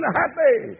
happy